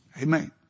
Amen